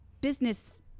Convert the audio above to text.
business